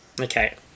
Okay